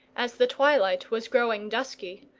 as the twilight was growing dusky,